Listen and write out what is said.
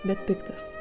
bet piktas